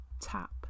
tap